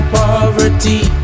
poverty